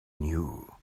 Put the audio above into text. knew